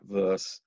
verse